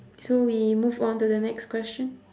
so we move on to the next question